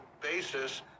basis